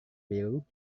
biru